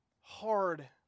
hard